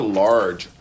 large